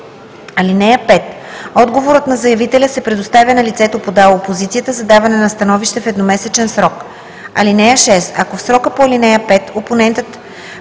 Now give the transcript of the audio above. (5) Отговорът на заявителя се предоставя на лицето, подало опозицията, за даване на становище в едномесечен срок. (6) Ако в срока по ал. 5 опонентът